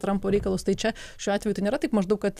trampo reikalus tai čia šiuo atveju tai nėra taip maždaug kad